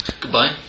Goodbye